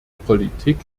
politik